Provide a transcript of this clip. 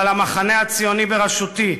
אבל המחנה הציוני בראשותי,